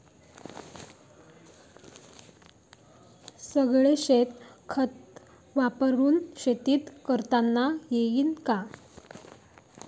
सगळं शेन खत वापरुन शेती करता येईन का?